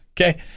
Okay